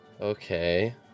Okay